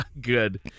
Good